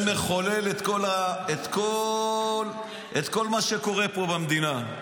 זה מחולל את כל מה שקורה פה במדינה.